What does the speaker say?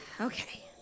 Okay